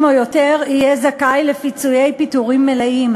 או יותר יהיה זכאי לפיצויי פיטורים מלאים.